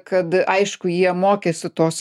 kad aišku jie mokėsi tos